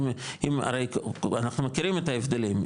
הרי אנחנו מכירים את ההבדלים,